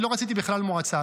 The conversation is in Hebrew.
אני לא רציתי בכלל מועצה,